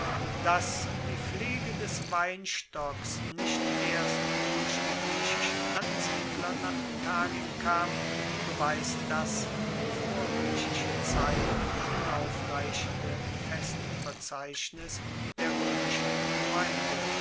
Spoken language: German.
dass die pflege des weinstocks nicht erst durch die griechischen ansiedler nach italien kam beweist das in die vorgriechische zeit hinaufreichende festverzeichnis der roemischen gemeinde